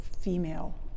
female